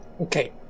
Okay